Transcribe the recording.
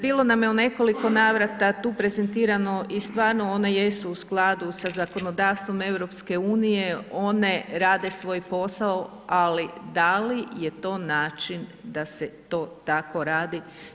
Bilo nam je u nekoliko navrata tu prezentirano i stvarno one jesu u skladu sa zakonodavstvom EU, one rade svoj posao, ali da li je to način da se to tako radi.